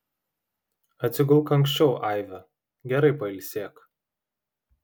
atsigulk anksčiau aive gerai pailsėk